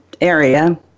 area